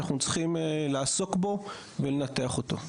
שאנחנו צריכים לעסוק בו ולנתח אותו.